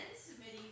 submitting